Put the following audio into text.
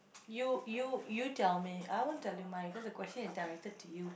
you you you tell me I won't tell you mine cause the question is directed to you